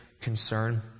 concern